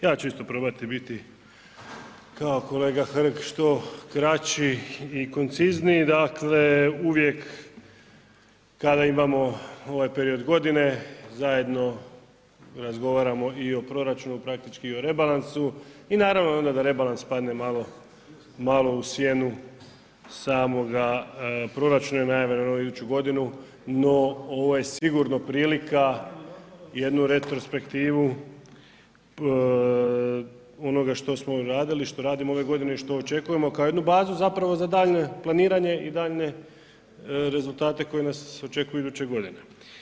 Ja ću isto probati biti kao kolega Hrg, što kraći i koncizniji, dakle kada imamo ovaj period godine, zajedno razgovaramo i o proračunu, praktički i o rebalansu i naravno na rebalans padne malo u sjenu samoga proračuna najavljenog na iduću godinu no ovo je sigurno prilika jednu retrospektivu onoga što smo radili, što radimo ove godine i što očekujemo kao jednu bazu zapravo za daljnje planiranje i daljnje rezultate koji nas očekuju iduće godine.